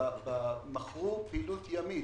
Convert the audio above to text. מכרו פעילות ימית.